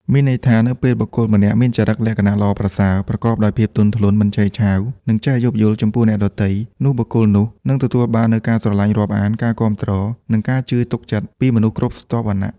មានន័យថា នៅពេលបុគ្គលម្នាក់មានចរិតលក្ខណៈល្អប្រសើរ ប្រកបដោយភាពទន់ភ្លន់ មិនឆេវឆាវ និងចេះយោគយល់ចំពោះអ្នកដទៃ នោះបុគ្គលនោះនឹងទទួលបាននូវការស្រឡាញ់រាប់អាន ការគាំទ្រ និងការជឿទុកចិត្តពីមនុស្សគ្រប់ស្រទាប់វណ្ណៈ។